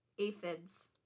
Aphids